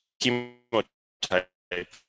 chemotype